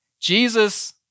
Jesus